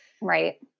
Right